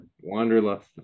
Wanderlust